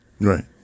Right